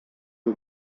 vos